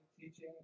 teaching